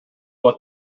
what